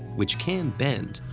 which can bend,